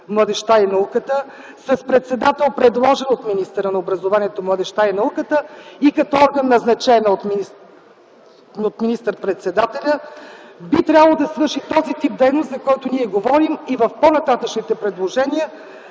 младежта и науката, с председател, предложен от министъра на образованието, младежта и науката, и като орган назначена от министър-председателя, би трябвало да свърши този тип дейност, за който говорим, и в по-нататъшните предложения